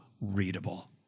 readable